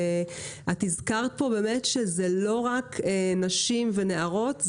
הזכרת פה שזה לא רק נשים ונערות,